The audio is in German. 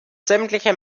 sämtliche